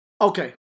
Okay